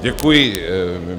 Děkuji.